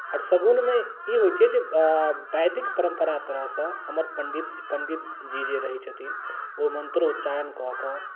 आओर शगुनमे ई होइ छै जे वैदिक परम्परा तरहसँ हमर पण्डित पण्डित जी जे रहै छथिन ओ मन्त्रोच्चारण कऽ कऽ